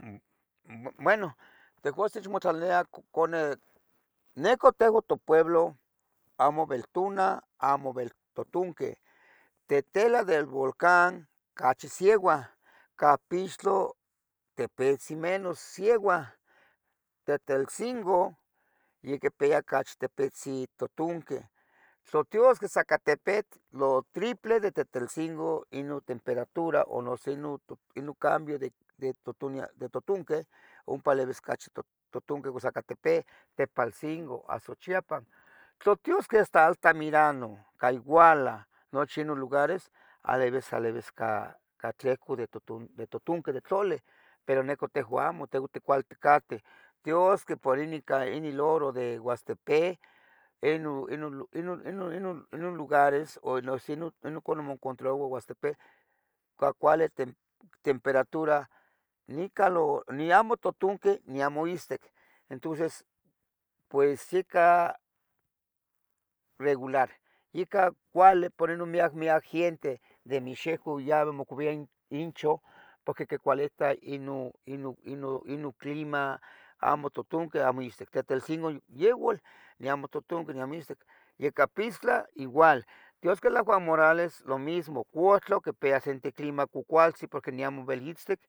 Bueno tehuatzin techmotlahtlanilia coconeh, necah tehua topueblo amo vel tona amo vel totunquih. Tetela del Volcán ocachi sieua, Capixtloh tepetzin menos sieua, Tetelsingo yeh quipia ocachi tipetzin tutunqui, tla tiasqueh Zacatepet lo triple de Tetelsingo ino temperatura y noso inon cambio de totonia de totonqui ompa tlalevis cachi tutunqui o Zacatepe, Tepalsingo a Xochiapan tla tiasquih hasta Altamirano ca Iguala nochi Inon lugares, alevis, alevis ca tlihco de totunqui di tluli, pero nicah tiuan amo, tejuan cuali ticateh. Tla tiyasqueh iniloro de Oaxtepec, inon lugares campa moencontraroua Oaxtepec cuale temperatura niamo totunqui niamo itztic, intonces pues icah regular ica cuale por Inon miyac gentie, miyac gentie de nixehco yaveh quimocuviah inchah porque quicualitah inon clima amo totunqui amo itztic. Teteltzingo yehual amo totonqui, dion amo itztic, Yacapixtla igual. Tiasqueh la Juan Morales lo mismo. Cuhtla quipia sente clima cuacualtzin dion amo vel itztic